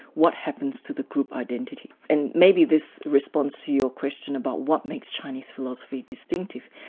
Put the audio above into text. what happens to the group identity? and maybe this response to your question about what makes chinese philosophy distinctive,